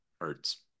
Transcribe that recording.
hurts